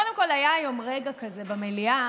קודם כול, היה היום רגע כזה במליאה